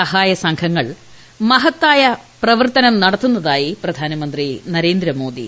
സഹായക സംഘങ്ങൾ മഹത്തായ പ്രവർത്തനം നടത്തുന്നതായി പ്രധാനമന്ത്രി നരേന്ദ്രമോദി